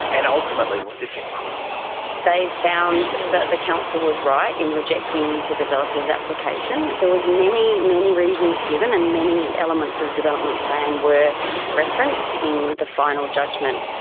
and ultimately what did this court decide? they found that the council was right in rejecting the developer's application. there were many, many reasons given and many elements of the development plan were referenced in the final judgement.